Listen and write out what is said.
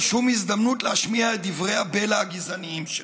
שום הזדמנות להשמיע את דברי הבלע הגזעניים שלו,